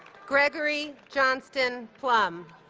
gregory johnston plumb